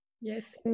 Yes